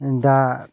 दा